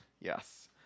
Yes